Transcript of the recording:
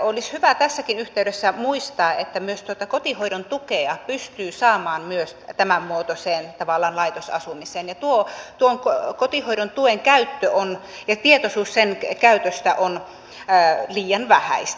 olisi hyvä tässäkin yhteydessä muistaa että kotihoidon tukea pystyy saamaan myös tämänmuotoiseen tavallaan laitosasumiseen ja kotihoidon tuen käyttö ja tietoisuus sen käytöstä on liian vähäistä